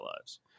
lives